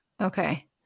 Okay